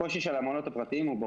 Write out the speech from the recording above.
הקושי של המעונות הוא ברור,